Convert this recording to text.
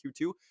Q2